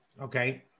okay